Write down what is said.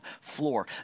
floor